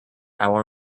our